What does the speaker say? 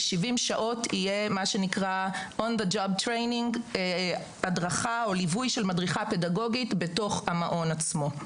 ו-70 שעות יהיה הדרכה או ליווי של מדריכה פדגוגית בתוך המעון עצמו.